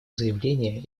заявление